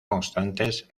constantes